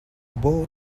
boat